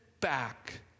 back